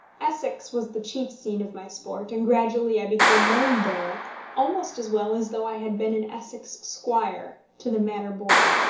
essex was the chief scene of my sport, and gradually i became known there almost as well as though i had been an essex squire, to the manner born.